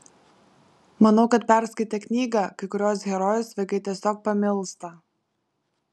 manau kad perskaitę knygą kai kuriuos herojus vaikai tiesiog pamilsta